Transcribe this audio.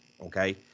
okay